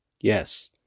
Yes